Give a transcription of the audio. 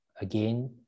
Again